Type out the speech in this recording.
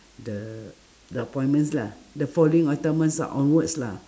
the the appointments lah the following appointments ah onwards lah